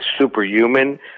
superhuman